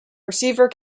receiver